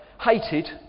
hated